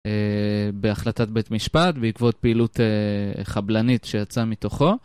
בהחלטת בית משפט בעקבות פעילות חבלנית שיצאה מתוכו.